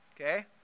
Okay